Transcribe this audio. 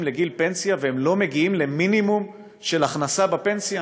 לגיל פנסיה והם לא מגיעים למינימום של הכנסה בפנסיה?